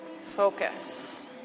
Focus